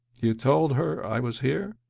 you told her i was here?